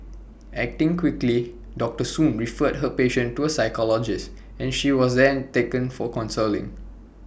acting quickly doctor soon referred her patient to A psychologist and she was then taken for counselling